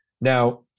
Now